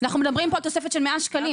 אנחנו מדברים פה על תוספת של 100 שקלים,